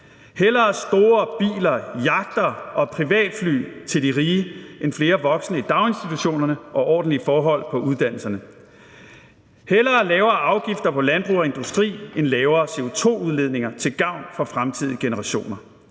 ville have store biler, yachter og privatfly til de rige end flere voksne i daginstitutionerne og ordentlige forhold på uddannelserne, som hellere ville have lavere afgifter på landbrug og industri end lavere CO2-udledninger til gavn for fremtidige generationer,